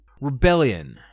Rebellion